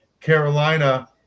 Carolina